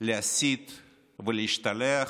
להסית ולהשתלח,